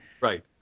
Right